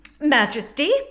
Majesty